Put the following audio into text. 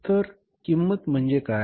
तर किंमत म्हणजे काय